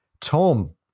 Tom